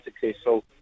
successful